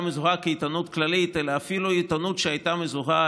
מזוהה כעיתונות כללית אלא אפילו בעיתונות שהייתה מזוהה